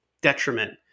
detriment